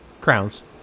Crowns